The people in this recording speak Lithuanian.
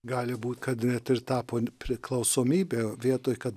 gali būt kad net ir tapo priklausomybė vietoj kad